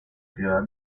ciudad